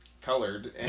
colored